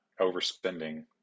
overspending